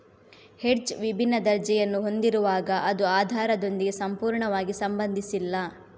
hedge ವಿಭಿನ್ನ ದರ್ಜೆಯನ್ನು ಹೊಂದಿರುವಾಗ ಅದು ಆಧಾರದೊಂದಿಗೆ ಸಂಪೂರ್ಣವಾಗಿ ಸಂಬಂಧಿಸಿಲ್ಲ